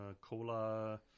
Cola